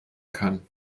kann